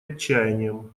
отчаянием